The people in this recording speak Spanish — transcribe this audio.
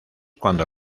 cuando